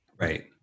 Right